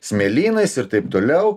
smėlynais ir taip toliau